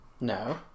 No